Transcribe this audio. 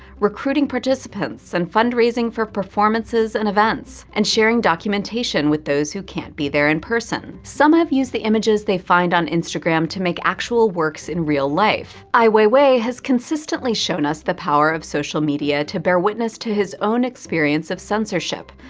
recruiting participants and fundraising for performances and events, and sharing documentation with those who can't be there in person. some have used the images they find on instagram to make actual works in real life. ai weiwei has consistently shown us the power of social media to bear witness his own experience of censorship,